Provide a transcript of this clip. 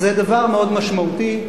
זה דבר מאוד משמעותי,